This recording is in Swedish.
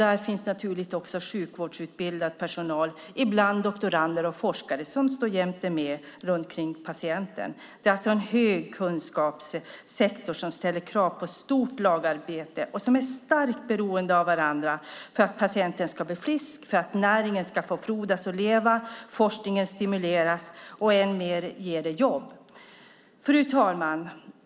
Där finns naturligtvis också sjukvårdsutbildad personal, ibland doktorander och forskare, som jämt är med kring patienten. Det är alltså en "högkunskapssektor" som ställer krav på gott lagarbete där man är starkt beroende av varandra för att patienten ska bli frisk, för att näringen ska få frodas och leva och för att forskningen ska stimuleras. Det ger jobb. Fru talman!